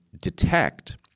detect